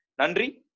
Nandri